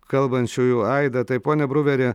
kalbančiųjų aidą tai pone bruveri